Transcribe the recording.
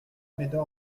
médor